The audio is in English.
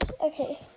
okay